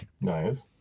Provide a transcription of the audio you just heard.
nice